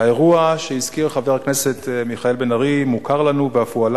האירוע שהזכיר חבר הכנסת בן-ארי מוכר לנו ואף הועלה